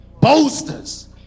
Boasters